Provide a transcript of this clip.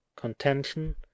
Contention